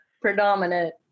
predominant